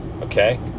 okay